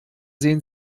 sehen